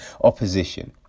opposition